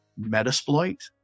Metasploit